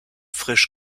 frisch